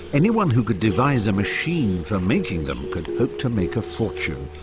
anyone who could devise a machine for making them could hope to make a fortune.